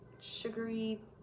sugary